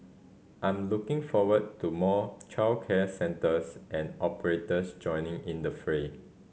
I'm looking forward to more childcare centres and operators joining in the fray